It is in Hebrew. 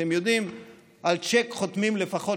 אתם יודעים שעל צ'ק חותמים לפחות